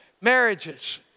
Marriages